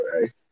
right